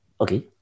okay